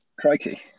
Crikey